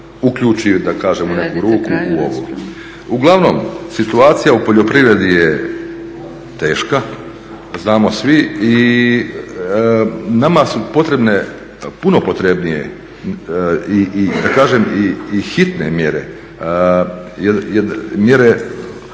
Uglavnom, situacija u poljoprivredi je teška, znamo svi i nama su potrebne, puno potrebnije i da kažem i hitni mjere, mjere koje